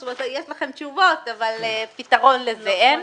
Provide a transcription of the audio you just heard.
זאת אומרת, יש לכם תשובות אבל פתרון לזה אין.